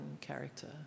character